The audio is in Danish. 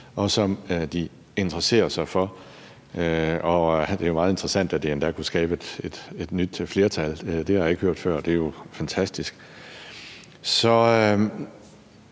og som de interesserer sig for. Det er meget interessant, at det endda kunne skabe et nyt flertal, det har jeg ikke hørt før, men det er jo fantastisk.